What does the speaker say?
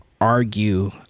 argue